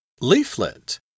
leaflet